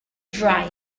dry